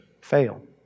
fail